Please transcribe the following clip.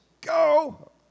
Go